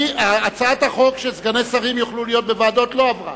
הצעת החוק שסגני שרים יוכלו להיות בוועדות לא עברה